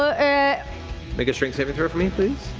ah make a strength saving throw for me, please.